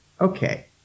okay